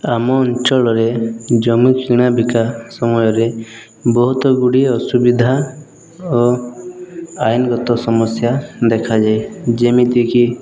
ଆମ ଅଞ୍ଚଳରେ ଜମି କିଣା ବିକା ସମୟରେ ବହୁତ ଗୁଡ଼ିଏ ଅସୁବିଧା ଓ ଆଇନଗତ ସମସ୍ୟା ଦେଖାଯାଏ ଯେମିତିକି